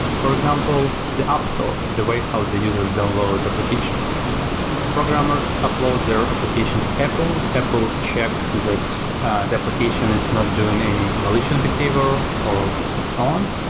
for example, the app store, the way how the users download applications. so ah programmers upload their applications to apple. apple check that the application is not doing any malicious behavior or or so on.